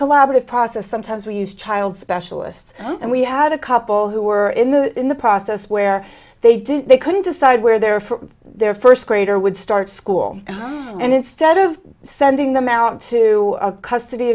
collaborative process sometimes we use child specialists and we had a couple who were in the in the process where they didn't they couldn't decide where their for their first grader would start school and instead of sending them out to a custody